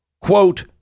quote